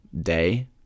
day